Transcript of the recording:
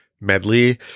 medley